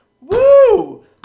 Woo